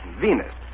Venus